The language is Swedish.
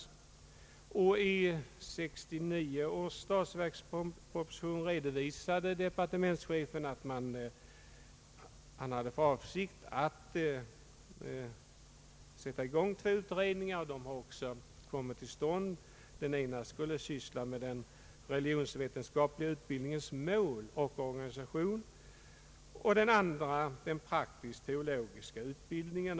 I 1969 års statsverksproposition redovisade departementschefen att han hade för avsikt att tillsätta två utredningar. De har också kommit till stånd. Den ena utredningen skulle syssla med den religionsvetenskapliga utbildningens mål och organisation och den andra med den praktiska teologiska utbildningen.